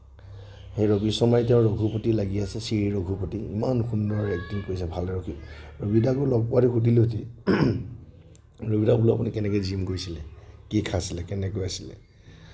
সেই ৰবী শৰ্মাৰ এতিয়াও ৰঘুপতি লাগিয়েই আছে শ্ৰী ৰঘুপতি ইমান সুন্দৰ এক্টিং কৰিছে ৰবিদাকো লগ পোৱা হয় সুধিলোঁহেতিন ৰবিদা বুলো আপুনি কেনেকে জীম কৰিছিলে কি খাইছিলে কেনেকৈ আছিলে